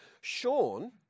Sean